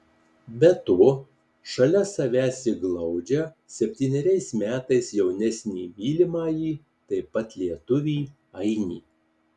be to šalia savęs ji glaudžia septyneriais metais jaunesnį mylimąjį taip pat lietuvį ainį